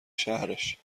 شهرش